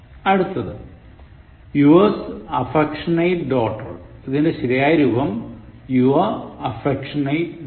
അടുത്തത് Yours affectionate daughter ഇതിൻറെ ശരിയായ രൂപം Your affectionate daughter